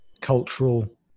cultural